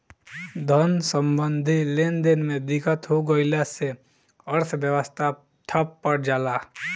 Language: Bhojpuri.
धन सम्बन्धी लेनदेन में दिक्कत हो गइला से अर्थव्यवस्था ठप पर जला